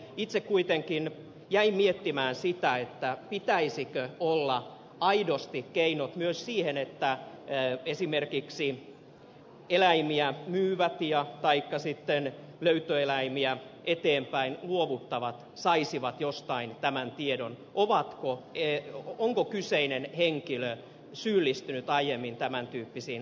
itse kuitenkin jäin miettimään sitä pitäisikö olla aidosti keinot myös siihen että esimerkiksi eläimiä myyvät taikka löytöeläimiä eteenpäin luovuttavat saisivat jostain tämän tiedon onko kyseinen henkilö syyllistynyt aiemmin tämän tyyppisiin rikkomuksiin